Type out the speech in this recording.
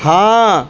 ہاں